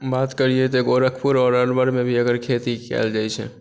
बात करियै तऽ गोरखपुर आओर अरवलमे भी एकर खेती कयल जाइत छै